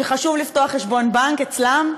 שחשוב לפתוח חשבון בנק אצלם?